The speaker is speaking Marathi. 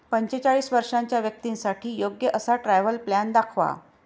पंचेचाळीस वर्षांच्या व्यक्तींसाठी योग्य असा ट्रॅव्हल प्लॅन दाखवा